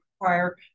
require